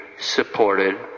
supported